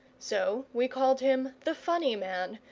so we called him the funny man,